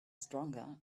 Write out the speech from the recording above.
stronger